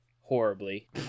horribly